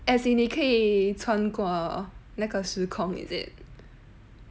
as in 你可以传过那个时空 is it